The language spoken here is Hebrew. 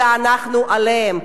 אלא אנחנו עליהם,